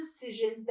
decision